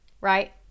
Right